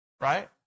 right